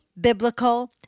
biblical